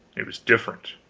it was different.